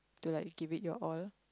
to like give it your all